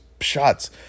shots